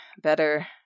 better